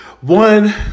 One